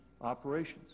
operations